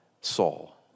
Saul